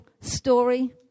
story